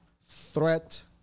Threat